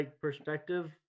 perspective